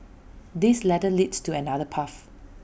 this ladder leads to another path